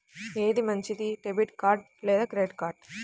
ఏది మంచిది, debit card లేదా క్రెడిట్ కార్డ్?